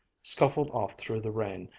scuffled off through the rain,